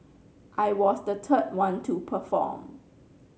I was the third one to perform